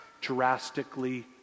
drastically